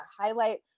highlight